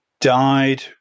died